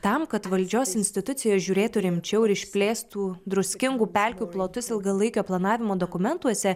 tam kad valdžios institucijos žiūrėtų rimčiau ir išplėstų druskingų pelkių plotus ilgalaikio planavimo dokumentuose